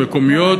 מקומיות.